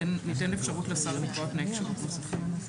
ניתן אפשרות לשר לקבוע תנאי כשירות נוספים.